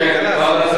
כן, ועדת